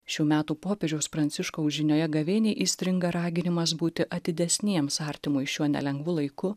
šių metų popiežiaus pranciškaus žinioje gavėniai įstringa raginimas būti atidesniems artimui šiuo nelengvu laiku